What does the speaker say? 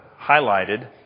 highlighted